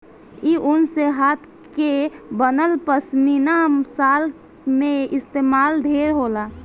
इ ऊन से हाथ के बनल पश्मीना शाल में इस्तमाल ढेर होला